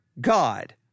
God